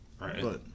Right